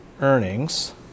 earnings